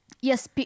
Yes